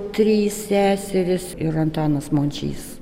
trys seserys ir antanas mončys